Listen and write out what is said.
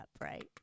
right